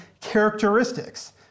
characteristics